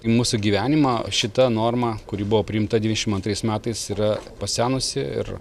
mūsų gyvenimą šita norma kuri buvo priimta dvidešim antrais metais yra pasenusi ir